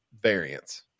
variance